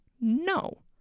No